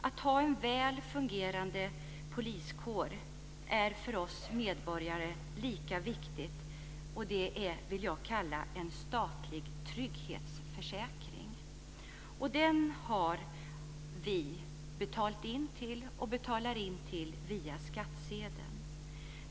Att ha en väl fungerande poliskår är för oss medborgare viktigt. Det är - som jag vill kalla det - en statlig trygghetsförsäkring som vi har betalat in och betalar in till via skattsedeln.